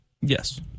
Yes